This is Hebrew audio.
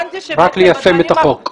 רק ליישם את החוק.